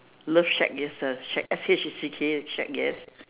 love shack it's a shack S H A C K shack yes